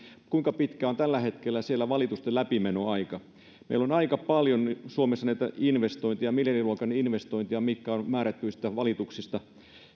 kuinka pitkä on tällä hetkellä hallintotuomioistuimessa valitusten läpimenoaika meillä on aika paljon suomessa näitä investointeja miljardiluokan investointeja jotka ovat määrätyistä valituksista